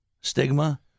stigma